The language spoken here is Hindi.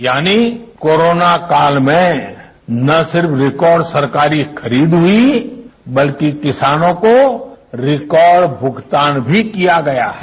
यानी कोरोना काल में न सिर्फ रिकॉर्ड सरकारी खरीद हुई बल्कि किसानों को रिकॉर्ड भुगतान भी किया गया है